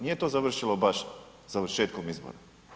Nije to završilo baš završetkom izbora.